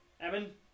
Evan